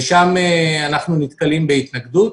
ושם אנחנו נתקלים בהתנגדות.